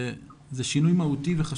זה שינוי מהותי וחשוב.